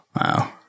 Wow